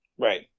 Right